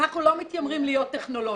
אנחנו לא מתיימרים להיות טכנולוגים.